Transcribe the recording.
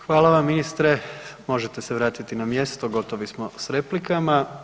Hvala vam, ministre, možete se vratiti na mjesto, gotovi smo s replikama.